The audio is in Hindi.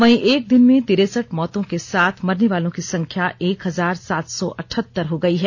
वहीं एक दिन में तिरसठ मौतों के साथ मरने वालों की संख्या एक हजार सात सौ अठहत्तर हो गई है